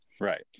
Right